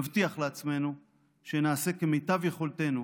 נבטיח לעצמנו שנעשה כמיטב יכולתנו